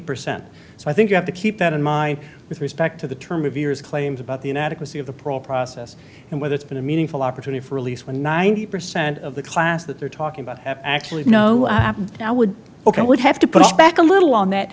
percent so i think you have to keep that in my with respect to the term of years claims about the inadequacy of the prop process and whether it's been a meaningful opportunity for release when ninety percent of the class that they're talking about actually know now would ok i would have to push back a little on that